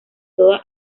toda